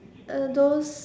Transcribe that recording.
uh those